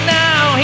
now